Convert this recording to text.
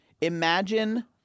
imagine